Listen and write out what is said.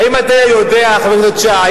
האם אתה יודע, חבר הכנסת שי,